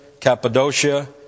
Cappadocia